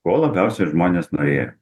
ko labiausiai žmonės norėjo